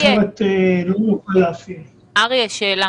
שאלה